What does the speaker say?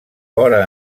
vora